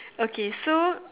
okay so